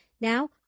Now